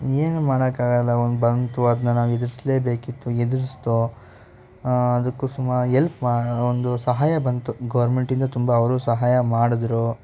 ಏನು ಮಾಡೋಕ್ಕಾಗಲ್ಲ ಒಂದು ಬಂತು ಅದನ್ನ ನಾವು ಎದುರ್ಸ್ಲೇಬೇಕಿತ್ತು ಎದುರಿಸ್ದೋ ಅದಕ್ಕೂ ಸುಮಾ ಎಲ್ಪ್ ಒಂದು ಸಹಾಯ ಬಂತು ಗೋರ್ಮೆಂಟಿಂದ ತುಂಬ ಅವರು ಸಹಾಯ ಮಾಡಿದ್ರು